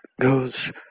goes